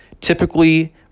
typically